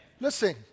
Listen